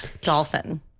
Dolphin